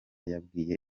yabwiye